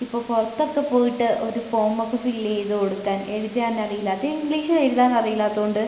ഇപ്പം പുറത്തൊക്കെ പോയിട്ട് ഒരു ഫോമൊക്കെ ഫില്ല് ചെയ്ത് കൊടുക്കാൻ എഴുതാൻ അറിയില്ലാത്ത ഇംഗ്ലീഷിൽ എഴുതാൻ അറീല്ലാത്തോണ്ട്